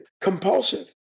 compulsive